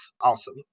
awesome